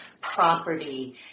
property